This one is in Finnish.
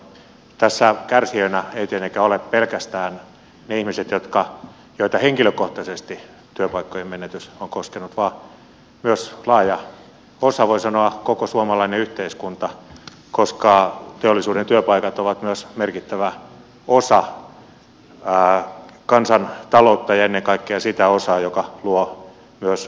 tässä kärsijöinä eivät tietenkään ole pelkästään ne ihmiset joita henkilökohtaisesti työpaikkojen menetys on koskenut vaan myös laaja osa voi sanoa koko suomalainen yhteiskunta koska teollisuuden työpaikat ovat myös merkittävä osa kansantaloutta ja ennen kaikkea sitä osaa joka luo myös sisäistä kysyntää